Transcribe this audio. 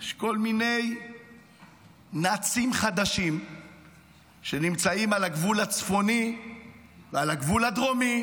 יש כל מיני נאצים חדשים שנמצאים על הגבול הצפוני ועל הגבול הדרומי,